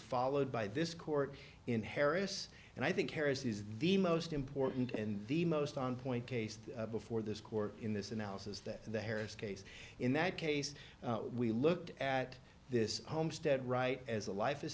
followed by this court in harris and i think harris is the most important and the most on point case before this court in this analysis that the harris case in that case we looked at this homestead right as a life